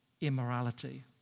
immorality